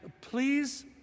Please